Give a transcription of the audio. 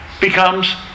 becomes